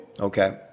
Okay